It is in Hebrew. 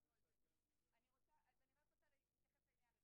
אני רק רוצה להתייחס לעניין הזה.